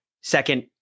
Second